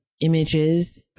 images